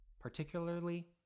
particularly